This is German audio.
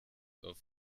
auf